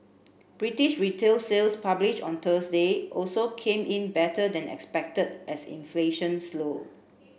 British retail sales published on Thursday also came in better than expected as inflation slowed